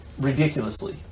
ridiculously